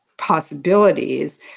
Possibilities